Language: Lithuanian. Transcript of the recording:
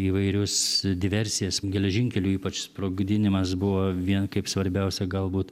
įvairius diversijas geležinkelių ypač sprogdinimas buvo vien kaip svarbiausia galbūt